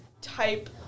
type